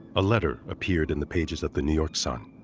a letter appeared in the pages of the new york sun